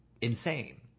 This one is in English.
insane